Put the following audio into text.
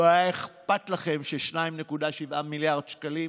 לא היה אכפת לכם ש-2.7 מיליארד שקלים